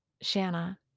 Shanna